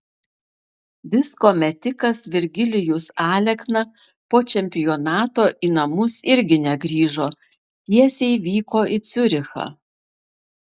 disko metikas virgilijus alekna po čempionato į namus irgi negrįžo tiesiai vyko į ciurichą